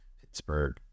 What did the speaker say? Pittsburgh